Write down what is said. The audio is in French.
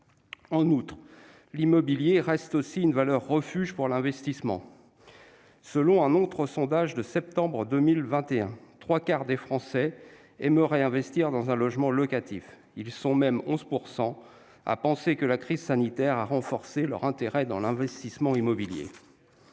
En outre, l'immobilier reste une valeur refuge pour l'investissement. Selon un autre sondage du mois de septembre 2021, les trois quarts des Français aimeraient investir dans le locatif. Ils sont même 11 % à considérer que la crise sanitaire a renforcé leur intérêt pour l'investissement immobilier.